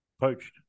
Poached